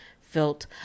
felt